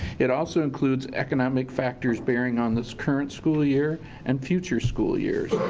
it also includes economic factors bearing on this current school year and future school years.